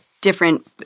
different